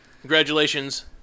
Congratulations